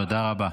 תודה רבה.